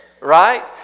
right